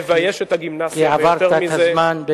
מבייש את הגימנסיה, ויותר מזה,